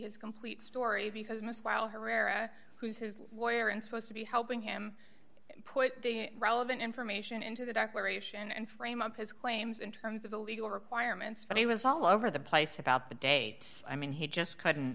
his complete story because most while herrera who's his lawyer and supposed to be helping him put relevant information into the declaration and frame up his claims in terms of the legal requirements but he was all over the place about the date i mean he just couldn't